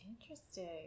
Interesting